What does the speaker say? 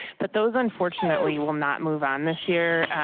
but those unfortunately will not move on this year.